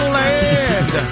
land